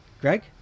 Greg